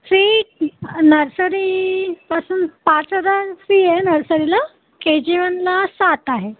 fee नर्सरीपासून पाच हजार फी आहे नर्सरीला के जी वनला सात आहे